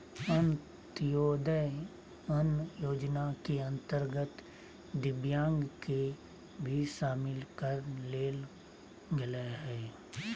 अंत्योदय अन्न योजना के अंतर्गत दिव्यांग के भी शामिल कर लेल गेलय हइ